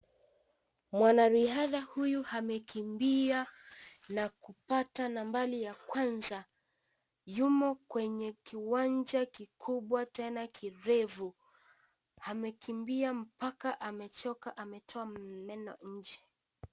Mwanariadha huyu amekimbia na kupata nambari ya kwanza yumo kwenye kiwanja kikubwa tena kirefu amekimbia mpaka amechoka ametoa meno nje.